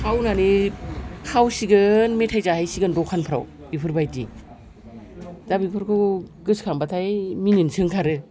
खावनानै खावसिगोन मेथाइ जाहैसिगोन दखानफ्राव बेफोरबायदि दा बेफोरखौ गोसखांब्लाथाय मिलिनोसो ओंखारो